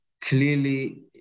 clearly